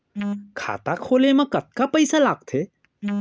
खाता खोले मा कतका पइसा लागथे?